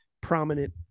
prominent